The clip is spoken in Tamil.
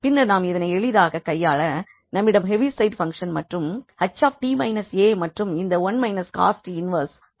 பின்னர் நாம் இதனை எளிதாக கையாள நம்மிடம் ஹேவிசைடு பங்க்ஷ்ன் 𝐻𝑡 − 𝑎 மற்றும் இந்த 1 − cos 𝑡 இன்வெர்ஸ் ஆகும்